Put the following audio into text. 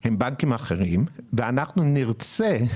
הם בנקים אחרים ואנחנו נרצה,